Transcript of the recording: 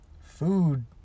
Food